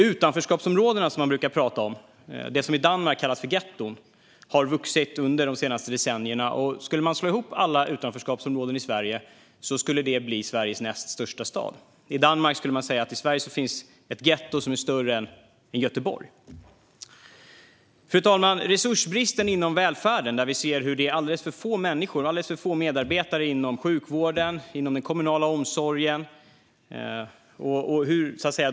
Utanförskapsområdena som man brukar prata om - det som i Danmark kallas för getton - har vuxit under de senaste åren. Om man skulle slå ihop alla utanförskapsområden i Sverige skulle det blir Sveriges näst största stad. I Danmark skulle man säga att det i Sverige finns ett getto som är större än Göteborg. Fru talman! Resursbristen inom välfärden innebär att det är för få medarbetare inom sjukvården och den kommunala omsorgen.